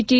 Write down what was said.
T